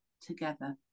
together